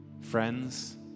friends